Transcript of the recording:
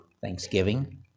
Thanksgiving